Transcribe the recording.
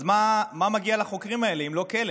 אז מה מגיע לחוקרים האלה אם לא כלא?